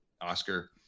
oscar